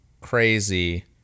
crazy